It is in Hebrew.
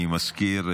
אני מזכיר,